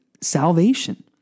salvation